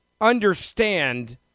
understand